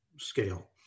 scale